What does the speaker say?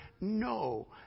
No